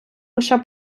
лише